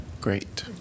Great